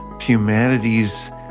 humanity's